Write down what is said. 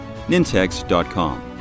nintex.com